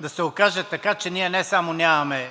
да се окаже така, че ние не само нямаме